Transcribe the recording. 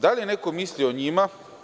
Da li neko misli o njima?